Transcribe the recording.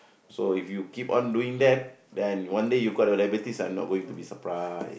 so if you keep on doing that then one day you got the diabetes I'm not going to be surprise